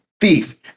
Thief